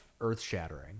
earth-shattering